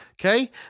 Okay